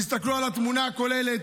תסתכלו על התמונה הכוללת.